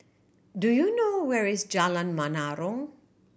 do you know where is Jalan Menarong